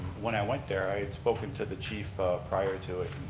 when i went there, i had spoken to the chief prior to it,